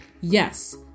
Yes